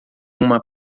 uma